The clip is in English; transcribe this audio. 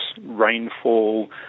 rainfall